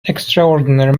extraordinary